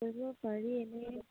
কৰিব পাৰি এনেই